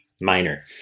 minor